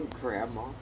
Grandma